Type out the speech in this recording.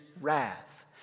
wrath